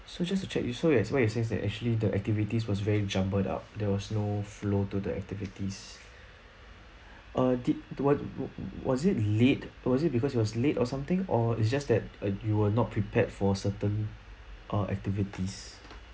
so just to check is so you~ what you're saying is that actually the activities was very jumbled up there was no flow to the activities err did what was it late was it because he was late or something or it's just that uh you were not prepared for certain uh activities